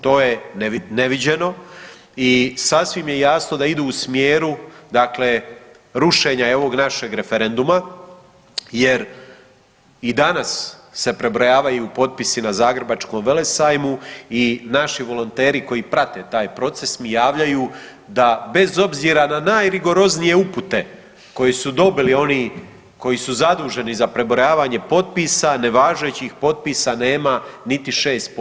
To je neviđeno i sasvim je jasno da idu u smjeru rušenja i ovog našeg referenduma jer i danas se prebrojavaju potpisi na Zagrebačkom velesajmu i naši volonteri taj proces mi javljaju da bez obzira na najrigoroznije upute koje su dobili oni koji su zaduženi za prebrojavanje potpisa, nevažećih potpisa nema niti 6%